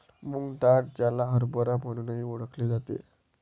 मूग डाळ, ज्याला हरभरा म्हणूनही ओळखले जाते